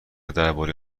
درباره